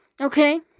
okay